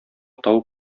тау